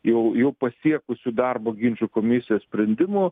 jau jau pasiekusių darbo ginčų komisijos sprendimų